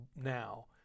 now